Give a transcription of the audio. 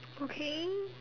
okay